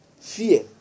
Fear